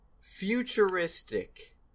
futuristic